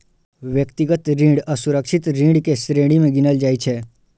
व्यक्तिगत ऋण असुरक्षित ऋण के श्रेणी मे गिनल जाइ छै